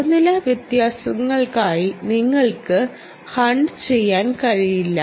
താപനില വ്യത്യാസങ്ങൾക്കായി നിങ്ങൾക്ക് ഹണ്ട് ചെയ്യാൻ കഴിയില്ല